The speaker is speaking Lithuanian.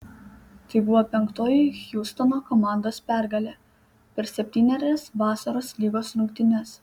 tai buvo penktoji hjustono komandos pergalė per septynerias vasaros lygos rungtynes